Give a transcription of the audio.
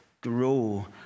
grow